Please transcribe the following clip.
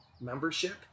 membership